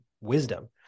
wisdom